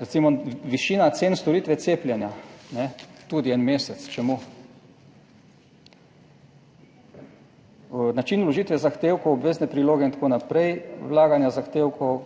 Recimo višina cen storitve cepljenja, tudi en mesec. Čemu? Način vložitve zahtevkov, obvezne priloge, itn., vlaganja zahtevkov,